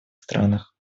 странах